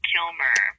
Kilmer